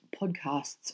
podcasts